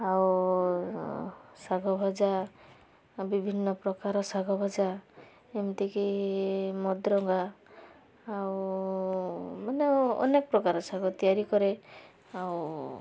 ଆଉ ଶାଗ ଭଜା ବିଭିନ୍ନ ପ୍ରକାର ଶାଗ ଭଜା ଏମିତି କି ମଦରଙ୍ଗା ଆଉ ମାନେ ଅନେକ ପ୍ରକାର ଶାଗ ତିଆରି କରେ ଆଉ